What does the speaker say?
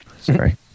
Sorry